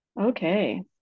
Okay